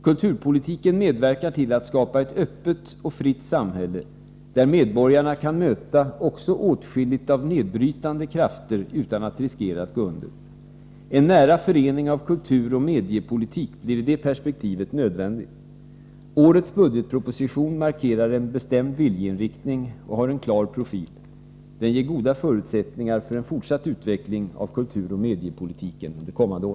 Kulturpolitiken medverkar till att skapa ett öppet och fritt samhälle, där medborgarna kan möta också åtskilligt av nedbrytande krafter utan att riskera att gå under. En nära förening av kulturoch mediapolitik blir i det perspektivet nödvändig. Årets budgetproposition markerar en bestämd viljeinriktning och har en klar profil. Den ger goda förutsättningar för en fortsatt utveckling av kulturoch mediapolitiken under kommande år.